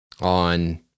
on